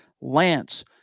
Lance